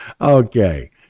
Okay